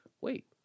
wait